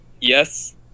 yes